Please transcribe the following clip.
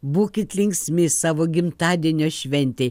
būkit linksmi savo gimtadienio šventėj